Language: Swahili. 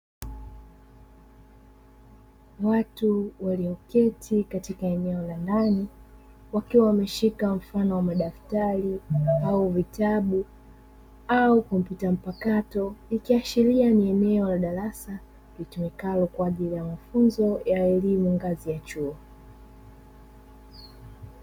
Watu walioketi katika eneo la ndani wakiwa wameshika mfano wa madaftari au vitabu au kompyuta mpakato, ikiashiria ni eneo la darasa litumikalo kwa ajili ya mafunzo ya elimu ngazi ya chuo.